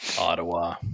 ottawa